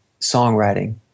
songwriting